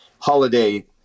holiday